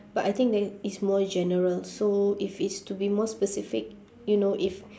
but I think that i~ is more general so if it's to be more specific you know if